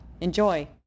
Enjoy